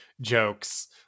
Jokes